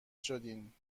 شدین